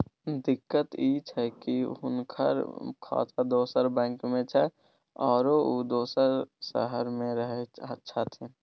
दिक्कत इ छै की हुनकर खाता दोसर बैंक में छै, आरो उ दोसर शहर में रहें छथिन